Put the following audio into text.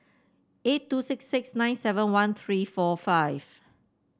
eight two six six nine seven one three four five